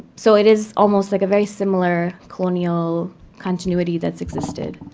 so it is almost like a very similar colonial continuity that's existed.